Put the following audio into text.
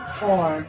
four